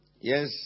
Yes